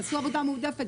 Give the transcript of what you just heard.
תעשו עבודה מועדפת,